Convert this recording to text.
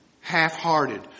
half-hearted